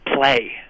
play